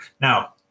Now